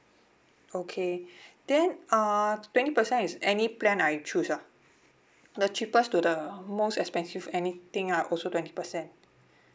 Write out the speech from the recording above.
okay then uh twenty percent is any plan I choose ah the cheapest to the most expensive anything lah also twenty percent